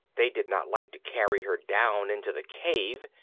they did not like to carry her down into the cave,